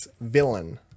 villain